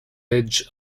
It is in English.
edge